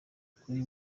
kuri